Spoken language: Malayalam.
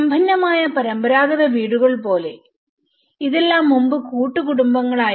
സമ്പന്നമായ പരമ്പരാഗത വീടുകൾ പോലെ ഇതെല്ലാം മുമ്പ് കൂട്ടുകുടുംബങ്ങളായിരുന്നു